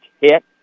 hit